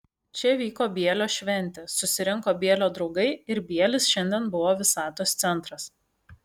čia vyko bielio šventė susirinko bielio draugai ir bielis šiandien buvo visatos centras